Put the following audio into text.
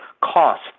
cost